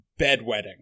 bedwetting